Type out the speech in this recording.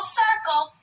circle